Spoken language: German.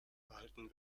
behalten